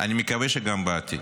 ואני מקווה שגם בעתיד.